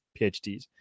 PhDs